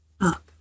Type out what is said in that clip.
up